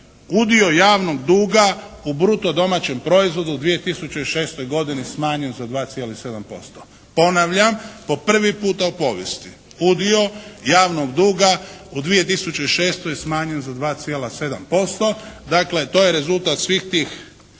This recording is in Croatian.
udio javnog duga u bruto domaćem proizvodu u 2006. godini smanjen za 2,7%. Ponavljam po prvi puta u povijesti udio javnog duga u 2006. smanjen za 2,7%. Dakle to je rezultat svih tih